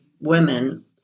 women